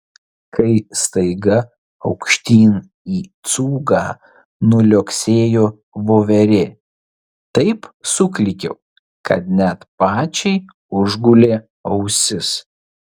kai staiga aukštyn į cūgą nuliuoksėjo voverė taip suklykiau kad net pačiai užgulė ausis